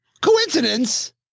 Coincidence